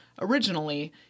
Originally